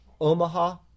Omaha